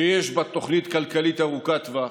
שיש בה תוכנית כלכלית ארוכת טווח,